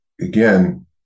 again